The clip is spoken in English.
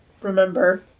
remember